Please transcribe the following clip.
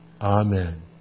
Amen